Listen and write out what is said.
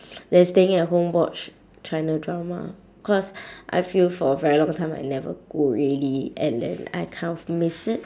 than staying at home watch china drama cause I feel for a very long time I never go really and then I kind of miss it